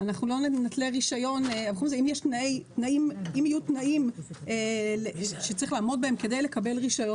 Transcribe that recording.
אם יהיו תנאים שצריך לעמוד בהם כדי לקבל רישיון